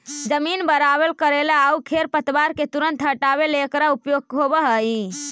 जमीन बराबर कऽरेला आउ खेर पतवार के तुरंत हँटावे में एकरा उपयोग होवऽ हई